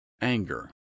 anger